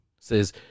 says